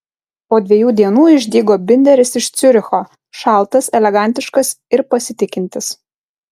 po dviejų dienų išdygo binderis iš ciuricho šaltas elegantiškas ir pasitikintis